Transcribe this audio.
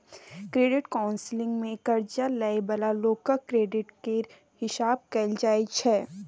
credit counselling मे कर्जा लइ बला लोकक क्रेडिट केर हिसाब कएल जाइ छै